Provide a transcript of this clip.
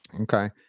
okay